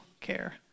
care